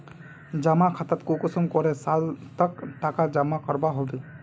जमा खातात कुंसम करे साल तक टका जमा करवा होबे?